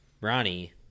Ronnie